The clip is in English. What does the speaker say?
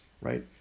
right